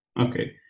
okay